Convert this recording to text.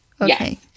Okay